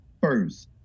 first